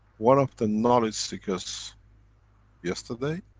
one of the knowledge seekers yesterday.